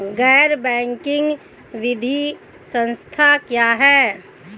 गैर बैंकिंग वित्तीय संस्था क्या है?